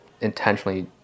intentionally